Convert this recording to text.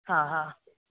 हा हा